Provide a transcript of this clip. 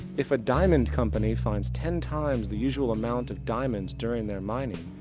if a diamond company finds ten times the usual amount of diamonds during their mining,